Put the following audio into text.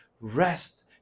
rest